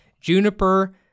juniper